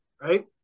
Right